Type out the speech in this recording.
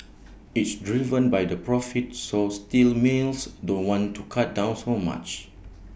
it's driven by the profit so steel mills don't want to cut down so much